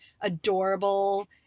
adorable